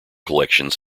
collections